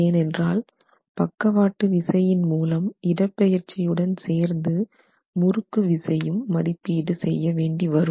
ஏனென்றால் பக்கவாட்டு விசையின் மூலம் இடப்பெயர்ச்சி உடன் சேர்ந்து முறுக்கு விசையும் மதிப்பீடு செய்ய வேண்டிவரும்